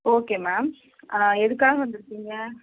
okay ma'am எதுக்காக வந்துருக்கிங்க